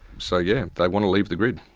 so yeah, they want to leave the grid.